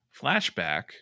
flashback